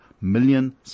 million